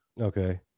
Okay